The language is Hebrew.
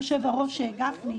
יושב-הראש גפני,